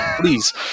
Please